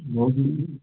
भाउजू